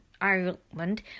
Ireland